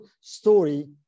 story